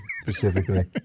specifically